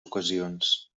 ocasions